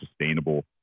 sustainable